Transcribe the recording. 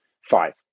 Five